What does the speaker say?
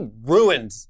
ruined